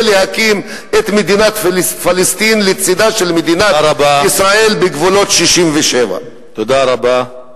להקים את מדינת פלסטין לצדה של מדינת ישראל בגבולות 67'. תודה רבה.